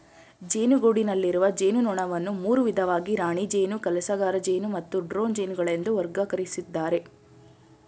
ಜೇನುಗೂಡಿನಲ್ಲಿರುವ ಜೇನುನೊಣವನ್ನು ಮೂರು ವಿಧವಾಗಿ ರಾಣಿ ಜೇನು ಕೆಲಸಗಾರಜೇನು ಮತ್ತು ಡ್ರೋನ್ ಜೇನುಗಳೆಂದು ವರ್ಗಕರಿಸಿದ್ದಾರೆ